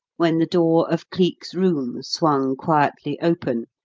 when the door of cleek's room swung quietly open,